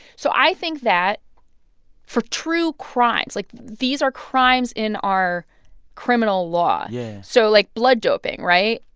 so i think that for true crimes like these are crimes in our criminal law yeah so like blood doping, right?